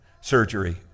surgery